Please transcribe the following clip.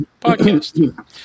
podcast